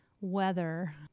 weather